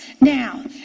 Now